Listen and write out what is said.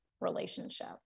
relationship